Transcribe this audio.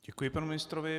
Děkuji panu ministrovi.